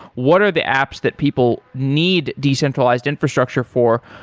what are the apps that people need decentralized infrastructure for,